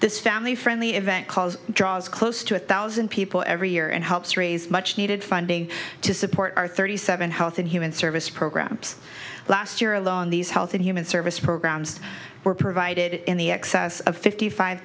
this family friendly event calls draws close to a thousand people every year and helps raise much needed funding to support our thirty seven health and human service programs last year alone these health and human service programs were provided in the excess of fifty five